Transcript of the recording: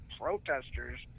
protesters